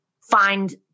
find